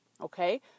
Okay